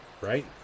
Right